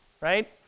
right